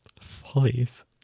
Follies